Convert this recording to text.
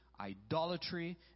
idolatry